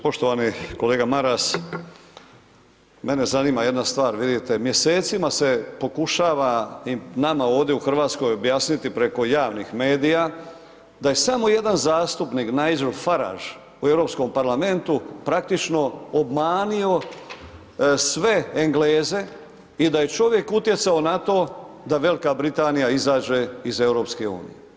Poštovani kolega Maras, mene zanima jedna stvar, vidite, mjesecima se pokušava nama ovdje u RH objasniti preko javnih medija da je samo jedan zastupnik Najdžel Faraž u Europskom parlamentu praktično obmanio sve Engleze i da je čovjek utjecao na to da Velika Britanija izađe iz EU.